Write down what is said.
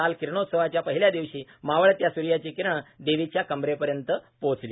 काल किरणोत्सवाच्या पहिल्या दिवशी मावळत्या सूर्याची किरणं देवीच्या कंबरेपर्यंत पोहचली